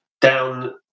down